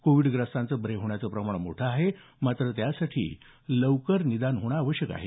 कोविडग्रस्तांचं बरे होण्याचं प्रमाण मोठं आहे मात्र त्यासाठी लवकर निदान होणं आवश्यक आहे